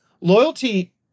loyalty